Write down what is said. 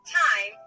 time